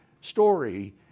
story